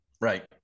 right